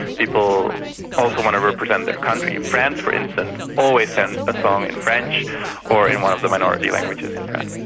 people also want to represent their country. france, for instance, always sends a song in french or in one of the minority languages in france,